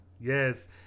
Yes